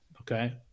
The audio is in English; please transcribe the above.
Okay